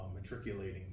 matriculating